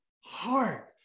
heart